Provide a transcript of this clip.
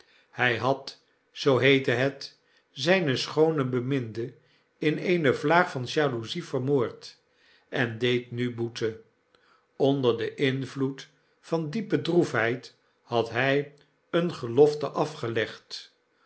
hy had zoo heette het zijne schoone beminde in eene vlaag van jaloezie vermoord en deed nu boete onder den invloed van diepe droefheid had hy eene gelofte afgelegd